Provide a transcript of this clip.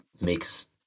makes